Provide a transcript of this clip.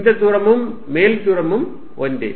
இந்த தூரமும் மேல் தூரமும் ஒன்றே